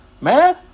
man